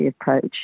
approach